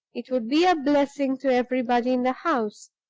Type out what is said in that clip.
it would be a blessing to everybody in the house.